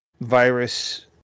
virus